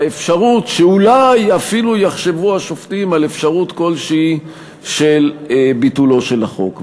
האפשרות שאולי אפילו יחשבו השופטים על אפשרות כלשהי של ביטולו של החוק.